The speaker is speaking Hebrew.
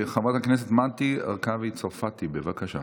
חברת הכנסת מטי צרפתי הרכבי, בבקשה.